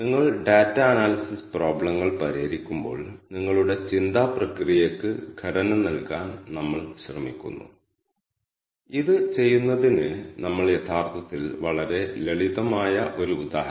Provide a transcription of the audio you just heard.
ഈ ജോലി നിർവഹിക്കുന്നതിന് അവർ ഡാറ്റാ സയന്റിസ്റ്റായ മിസ്റ്റർ സാമുമായി കൂടിയാലോചിക്കുകയും യാത്രകളുടെ വിശദാംശങ്ങൾ